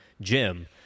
Jim